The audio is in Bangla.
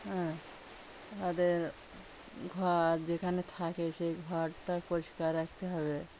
হ্যাঁ তাদের ঘর যেখানে থাকে সেই ঘরটা পরিষ্কার রাখতে হবে